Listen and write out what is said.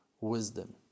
wisdom